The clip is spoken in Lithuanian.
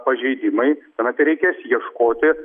pažeidimai tuomet ir reikės ieškoti